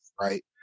Right